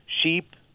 sheep